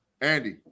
Andy